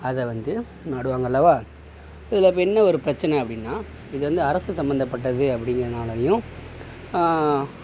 அதை வந்து நாடுவாங்க அல்லவா இதில் இப்போ என்ன ஒரு பிரச்சனை அப்படின்னா இது வந்து அரசு சம்மந்தப்பட்டது அப்டிங்கிறதுனாலையும்